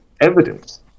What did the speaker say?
evidence